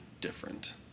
different